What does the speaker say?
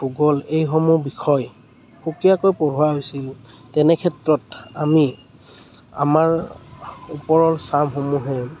ভূগোল এইসমূহ বিষয় সুকীয়াকৈ পঢ়োৱা হৈছিল তেনেক্ষেত্ৰত আমি আমাৰ ওপৰৰ ছাৰসমূহে